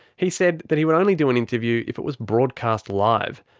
he said that he would only do an interview if it was broadcast live,